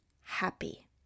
happy